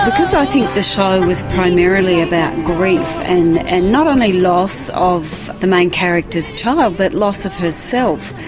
because i think the show is primarily about grief and not only loss of the main character's child but loss of herself.